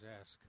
ask